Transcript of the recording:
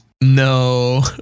No